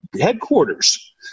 headquarters